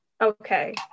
Okay